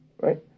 right